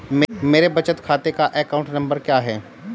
मेरे बचत खाते का अकाउंट नंबर क्या है?